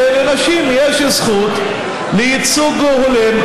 שלנשים יש זכות לייצוג הולם,